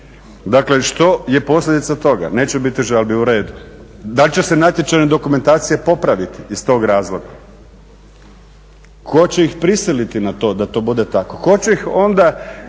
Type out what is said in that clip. Dakle, što je posljedica toga? Neće biti žalbi, u redu. Da li će se natječajne dokumentacije popraviti iz tog razloga? Tko će ih prisiliti na to da to bude tako? Tko će ih onda